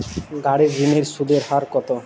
গাড়ির ঋণের সুদের হার কতো?